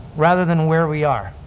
rather than where we are.